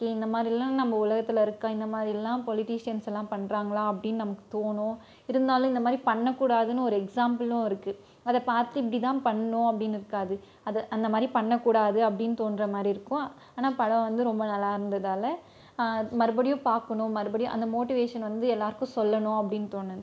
okay இந்த மாதிரில்லாம் நம்ம உலகத்தில் இருக்கா இந்த மாதிரில்லாம் பொலிடீஷியன்ஸ்யெலாம் பண்ணுறாங்ளா அப்படின்னு நமக்கு தோணும் இருந்தாலும் இந்த மாதிரி பண்ணக்கூடாதுன்னு ஒரு எக்ஸ்சாம்பிலும் இருக்குது அதை பார்த்து இப்படிதான் பண்ணணும் அப்படின்னு இருக்காது அது அந்த மாதிரி பண்ணக்கூடாது அப்படின்னு தோன்ற மாதிரி இருக்கும் ஆனால் படம் வந்து ரொம்ப நல்லாயிருந்ததால மறுபடியும் பார்க்கணும் மறுபடியும் அந்த மோட்டிவேஷன் வந்து எல்லாேருக்கும் சொல்லணும் அப்படின்னு தோணுது